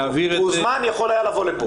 הוא הוזמן ויכול היה לבוא לכאן.